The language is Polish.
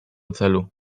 celu